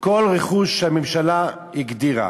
כל רכוש שהממשלה הגדירה.